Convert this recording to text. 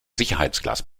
sicherheitsglas